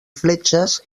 fletxes